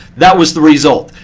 that was the result.